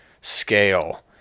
scale